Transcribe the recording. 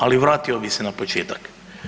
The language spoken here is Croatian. Ali vratio bi se na početak.